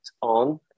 on